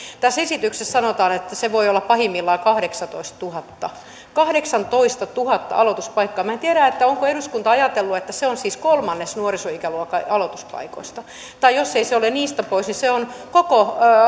tässä esityksessä sanotaan että se voi olla pahimmillaan kahdeksantoistatuhatta kahdeksantoistatuhatta aloituspaikkaa minä en tiedä onko eduskunta ajatellut että se on siis kolmannes nuorisoikäluokan aloituspaikoista tai jos ei se ole niistä pois niin se on koko